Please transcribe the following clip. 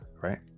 right